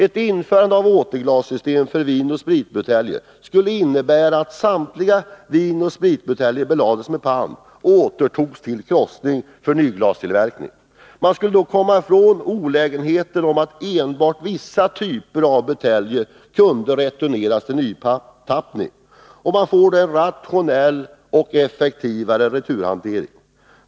Ett införande av återglassystem för vinoch spritbuteljer skulle innebära att samtliga vinoch spritbuteljer belades med pant och återtogs till krossning för nyglastillverkning. Man skulle då komma ifrån den olägenheten att enbart vissa typer av buteljer kunde returneras till nytappning. Man får då en rationellare och effektivare returhantering.